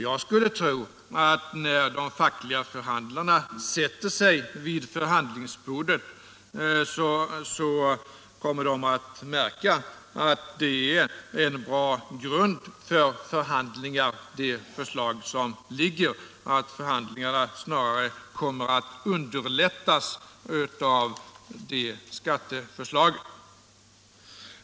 Jag skulle tro att när de fackliga förhandlarna sätter sig vid förhandlingsbordet kommer de att märka att det föreliggande skatteförslaget är en bra grund för förhandlingar och att förhandlingarna snarare kommer att underlättas av det förslaget.